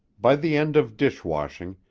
by the end of dish-washing,